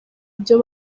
ibyo